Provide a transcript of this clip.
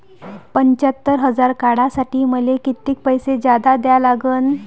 पंच्यात्तर हजार काढासाठी मले कितीक पैसे जादा द्या लागन?